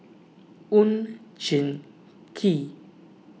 Oon Jin Gee